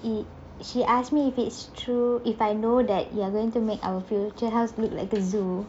it she asked me if it's true if I know that you are going to make our future house look like the zoo